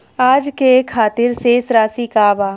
आज के खातिर शेष राशि का बा?